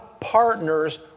partners